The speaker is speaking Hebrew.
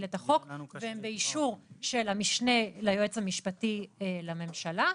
את החוק והם באישור של המשנה ליועץ המשפטי לממשלה.